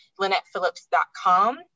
LynettePhillips.com